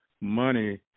money